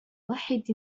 واحد